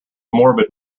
morbid